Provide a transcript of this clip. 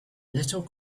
little